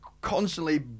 constantly